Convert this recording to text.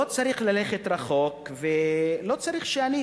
לא צריך ללכת רחוק ולא צריך שאני,